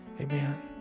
Amen